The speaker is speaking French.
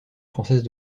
française